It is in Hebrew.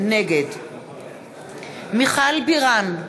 נגד מיכל בירן,